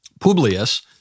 Publius